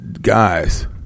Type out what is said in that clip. guys